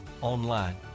online